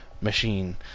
machine